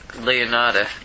Leonardo